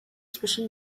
zwischen